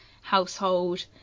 household